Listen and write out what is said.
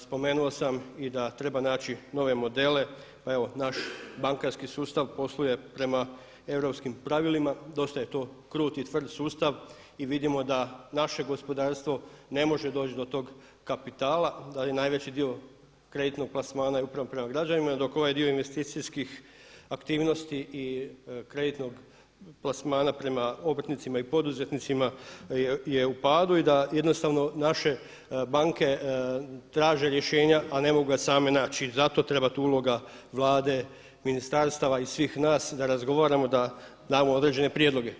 Spomenuo sam i da treba naći nove modele pa evo naš bankarski sustav posluje prema europskim pravilima, dosta je to kruti i tvrdi sustav i vidimo da naše gospodarstvo ne može doći do tog kapitala, da i najveći dio kreditnog poslovanja je upravo prema građanima dok ovaj dio investicijskih aktivnosti i kreditnog plasmana prema obrtnicima i poduzetnicima je u padu i da jednostavno naše banke traže rješenja a ne mogu ga same naći i zato treba tu uloga Vlade, ministarstava i svih nas da razgovaramo da damo određene prijedloge.